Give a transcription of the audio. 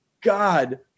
God